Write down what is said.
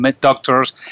doctors